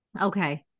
Okay